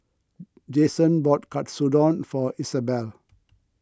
Jaxon bought Katsudon for Izabelle